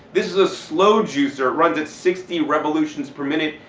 this is a slow juicer, it runs at sixty revolutions per minute,